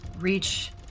reach